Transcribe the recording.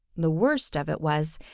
the worst of it was,